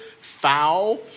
foul